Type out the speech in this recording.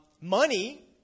Money